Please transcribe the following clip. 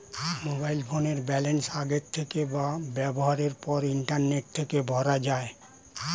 mobile ফোনের balance আগের থেকে বা ব্যবহারের পর ইন্টারনেট থেকে ভরা যায়